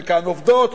חלקן עובדות,